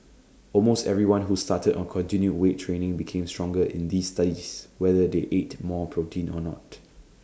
almost everyone who started or continued weight training became stronger in these studies whether they ate more protein or not